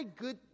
good